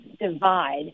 divide